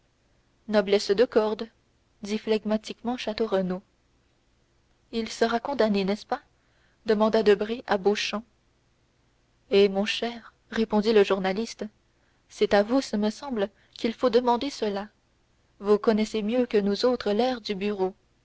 noblesse de corde dit flegmatiquement château renaud il sera condamné n'est-ce pas demanda debray à beauchamp eh mon cher répondit le journaliste c'est à vous ce me semble qu'il faut demander cela vous connaissez mieux que nous autres l'air du bureau